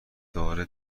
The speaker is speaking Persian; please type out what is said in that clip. داره